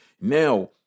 Now